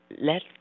let